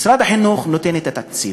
משרד החינוך נותן את התקציב,